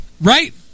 right